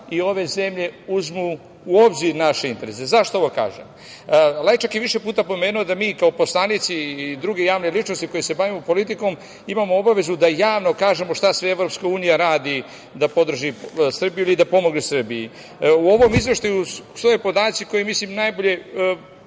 i ove zemlje uzmu u obzir naš interese.Zašto ovo kažem? Lajčak je više puta pomenuo da mi, kao poslanici i druge javne ličnosti koje se bavimo politikom imamo obavezu da javno kažemo šta sve EU radi da podrži Srbiju ili da pomogne Srbiji. U ovom izveštaju postoje podaci koje, ja misli, najbolje